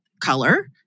color